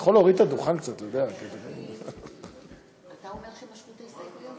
אנחנו עוברים עכשיו להצעת חוק עבודת נשים (תיקון מס' 58),